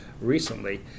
recently